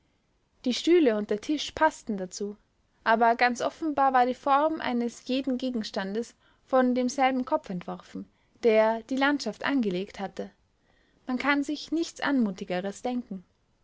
die stühle und der tisch paßten dazu aber ganz offenbar war die form eines jeden gegenstandes von demselben kopf entworfen der die landschaft angelegt hatte man kann sich nichts anmutigeres denken